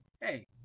hey